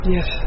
Yes